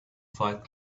fight